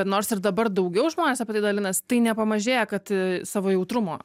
nors ir dabar daugiau žmonės apie tai dalinas tai nepamažėja kad savo jautrumo